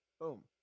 Boom